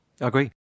Agree